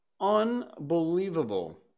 Unbelievable